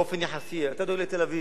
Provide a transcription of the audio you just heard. באופן יחסי, אתה דואג לתל-אביב,